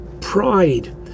pride